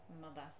mother